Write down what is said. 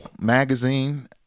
Magazine